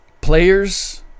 Players